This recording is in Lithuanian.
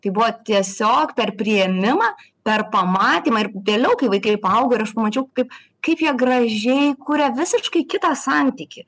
tai buvo tiesiog per priėmimą per pamatymą ir vėliau kai vaikai paaugo ir aš pamačiau kaip kaip jie gražiai kuria visiškai kitą santykį